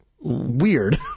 weird